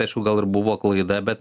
aišku gal ir buvo klaida bet